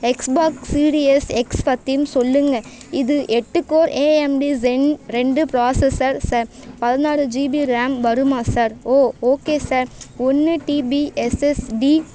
X box series x பற்றியும் சொல்லுங்கள் இது எட்டு கோ ஏஎம்டி ஸென் ரெண்டு ப்ராஸஸர் சார் பதினாறு ஜிபி ரேம் வருமா சார் ஓ ஓகே சார் ஒன்று டிபிஎஸ்எஸ்டி